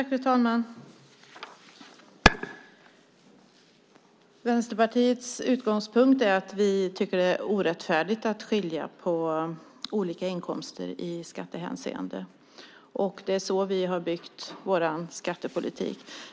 Fru talman! Vänsterpartiets utgångspunkt är att det är orättfärdigt att skilja på olika inkomster i skattehänseende. Det är så vi har byggt vår skattepolitik.